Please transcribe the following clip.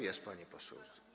Jest pani poseł.